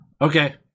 Okay